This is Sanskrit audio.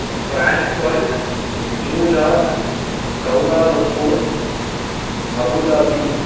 Frankfurt New York Kuala Lumpur Abu Dhabi